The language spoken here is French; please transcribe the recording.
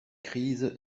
crise